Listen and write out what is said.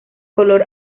color